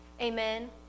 Amen